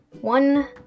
One